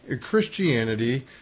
Christianity